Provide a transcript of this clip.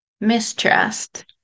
mistrust